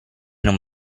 non